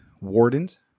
Warden's